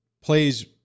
plays